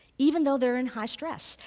even though they're in high stress.